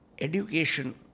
education